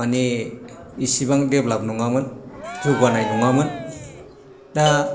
मानि इसिबां देब्लाब नङामोन जौगानाय नङामोन दा